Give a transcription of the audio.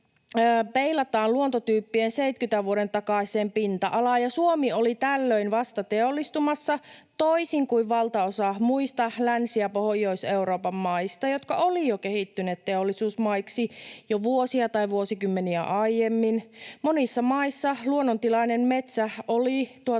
peilataan luontotyyppien 70 vuoden takaiseen pinta-alaan, ja Suomi oli tällöin vasta teollistumassa toisin kuin valtaosa muista Länsi- ja Pohjois-Euroopan maista, jotka olivat jo kehittyneet teollisuusmaiksi jo vuosia tai vuosikymmeniä aiemmin. Monissa maissa luonnontilainen metsä oli